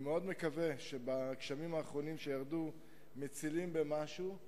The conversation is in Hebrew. אני מאוד מקווה שהגשמים האחרונים שירדו יצילו משהו,